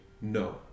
No